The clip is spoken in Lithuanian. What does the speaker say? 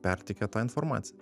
perteikia tą informaciją